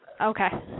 Okay